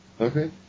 Okay